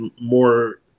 more